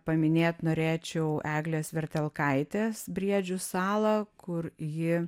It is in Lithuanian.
paminėt norėčiau eglės vertelkaitės briedžių salą kur ji